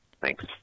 thanks